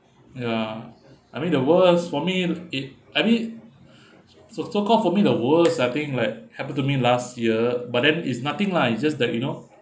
ya I mean the worst for me it I mean so so called for me the worst I think like happen to me last year but then it's nothing lah it's just that you know